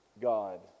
God